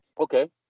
Okay